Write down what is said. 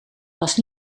was